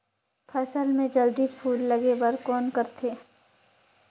फसल मे जल्दी फूल लगे बर कौन करथे?